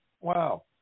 Wow